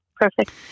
perfect